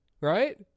Right